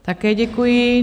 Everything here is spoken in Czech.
Také děkuji.